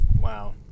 Wow